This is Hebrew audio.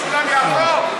סולם יעקב.